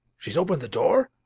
she's opened the door?